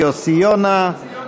יוסי יונה.